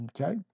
Okay